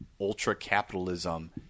ultra-capitalism